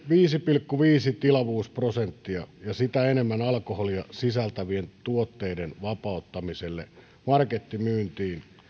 viisi pilkku viisi tilavuusprosenttia ja sitä enemmän alkoholia sisältävien tuotteiden vapauttamisella markettimyyntiin